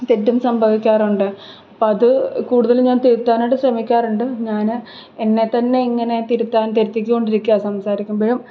തെറ്റും സംഭവിക്കാറുണ്ട് അപ്പം അത് കൂടുതലും ഞാൻ തിരുത്താനായിട്ട് ശ്രമിക്കാറുണ്ട് ഞാൻ എന്നെത്തന്നെ ഇങ്ങനെ തിരുത്താൻ തിരുത്തി കൊണ്ടിരിക്കുകയാണ് സംസാരിക്കുമ്പോഴും